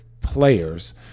players